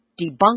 debunk